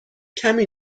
کمی